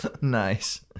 nice